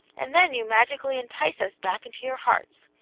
and then you magically entice us back into your hearts.